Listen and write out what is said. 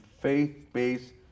faith-based